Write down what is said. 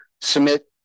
Submit